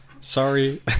sorry